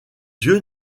yeux